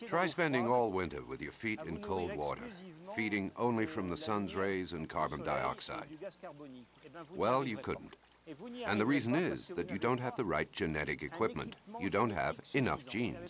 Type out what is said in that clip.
than spending all winter with your feet in cold water only from the sun's rays and carbon dioxide well you couldn't and the reason is that you don't have the right genetic equipment you don't have enough gene